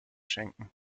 schenken